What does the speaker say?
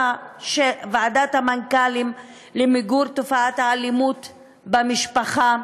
המנכ"לים למיגור תופעת האלימות במשפחה